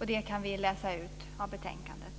och det kan vi också läsa ut av betänkandet.